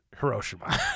Hiroshima